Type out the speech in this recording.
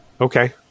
Okay